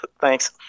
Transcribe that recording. Thanks